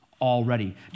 already